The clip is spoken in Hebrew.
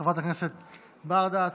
הכנסת ברדץ'.